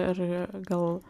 ir gal